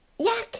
Yuck